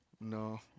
no